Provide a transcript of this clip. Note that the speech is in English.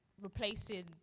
replacing